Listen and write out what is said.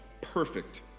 Perfect